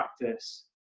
practice